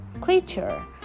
creature